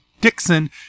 Dixon